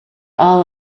all